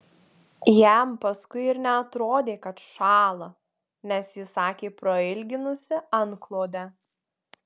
jam paskui ir neatrodė kad šąla nes ji sakė prailginusi antklodę